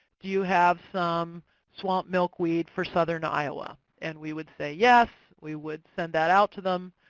do you have some swamp milkweed for southern iowa? and we would say yes. we would send that out to them.